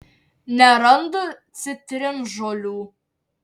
nerandu citrinžolių